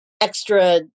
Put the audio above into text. extra